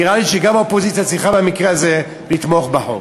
נראה לי שגם האופוזיציה צריכה במקרה הזה לתמוך בחוק.